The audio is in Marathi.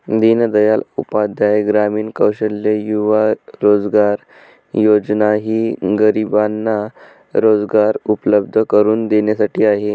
दीनदयाल उपाध्याय ग्रामीण कौशल्य युवा रोजगार योजना ही गरिबांना रोजगार उपलब्ध करून देण्यासाठी आहे